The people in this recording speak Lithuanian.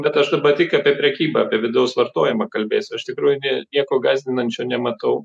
bet aš dabar tik apie prekybą apie vidaus vartojimą kalbėsiu iš tikrųjų gi nieko gąsdinančio nematau